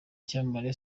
icyamamare